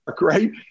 right